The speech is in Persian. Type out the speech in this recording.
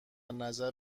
نظر